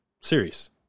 serious